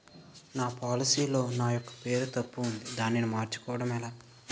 నా పోలసీ లో నా యెక్క పేరు తప్పు ఉంది దానిని మార్చు కోవటం ఎలా?